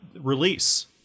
release